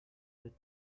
peut